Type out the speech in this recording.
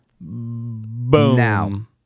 boom